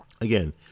Again